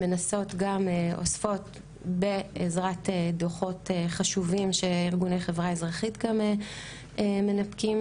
אוספות בעזרת דוחות חשובים שארגוני חברה אזרחית גם מנפקים,